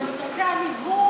איזה עליבות,